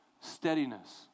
steadiness